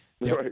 Right